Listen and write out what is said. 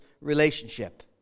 relationship